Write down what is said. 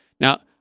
Now